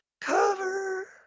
Cover